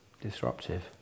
Disruptive